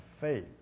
faith